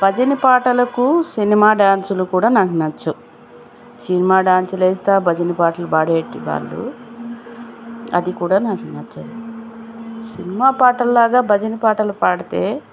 భజన పాటలకు సినిమా డ్యాన్సులు కూడా నాకు నచ్చవు సినిమా డాన్సులేస్తా భజన పాటలు పాడేటి వాళ్ళు అది కూడా నాకు నచ్చదు సినిమా పాటలు లాగా భజన పాటలు పాడితే